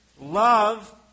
love